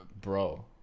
Bro